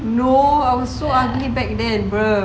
no I was ugly back then bruh